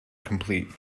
complete